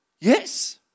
yes